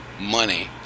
money